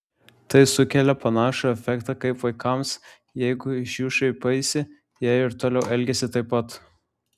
tai sukelia panašų efektą kaip vaikams jeigu iš jų šaipaisi jie ir toliau elgiasi taip pat